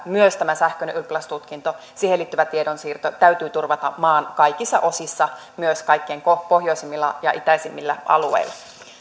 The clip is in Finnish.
myös tämä sähköinen ylioppilastutkinto siihen liittyvä tiedonsiirto täytyy turvata maan kaikissa osissa myös kaikkein pohjoisimmilla ja itäisimmillä alueilla